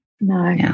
No